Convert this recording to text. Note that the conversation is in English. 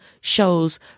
shows